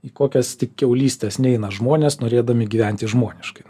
į kokias tik kiaulystes neina žmonės norėdami gyventi žmoniškai